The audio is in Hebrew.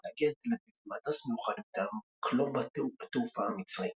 להגיע לתל אביב במטס מיוחד מטעם קלוב התעופה המצרי.